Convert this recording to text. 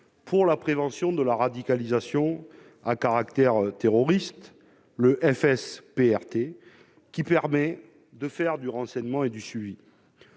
pour la prévention de la radicalisation à caractère terroriste, le FSPRT, lequel permet de mener des opérations de renseignement et de suivi.